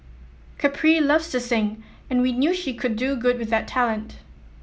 Capri loves to sing and we knew she could do good with that talent